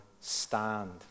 stand